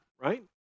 right